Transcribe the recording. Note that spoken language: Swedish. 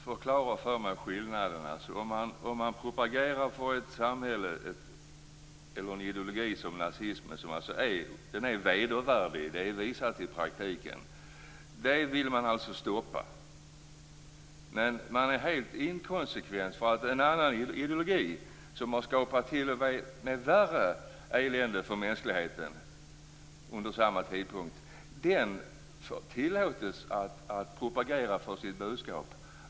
Herr talman! Jag höll på att säga Herre Gud. Att propagera för en ideologi som nazismen som är vedervärdig, vilket är visat i praktiken, vill man stoppa. Men man är helt inkonsekvent när det gäller en annan ideologi, som under samma tid har skapat t.o.m. värre elände för mänskligheten. Den tillåter man människor att propagera för deras budskap.